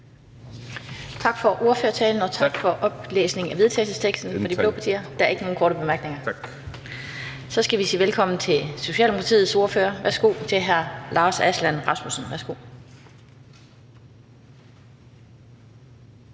Tak for ordførertalen. Og tak for oplæsningen af forslaget til vedtagelse fra de blå partier. Der er ikke nogen korte bemærkninger. Så skal vi sige velkommen til Socialdemokratiets ordfører. Værsgo til hr. Lars Aslan Rasmussen.